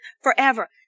forever